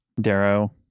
Darrow